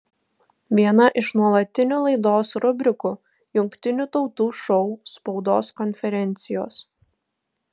viena iš nuolatinių laidos rubrikų jungtinių tautų šou spaudos konferencijos